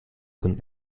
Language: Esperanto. kun